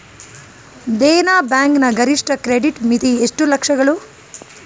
Dena bank ನ ಗರಿಷ್ಠ credit ಮಿತಿ ಎಷ್ಟು ಲಕ್ಷಗಳು?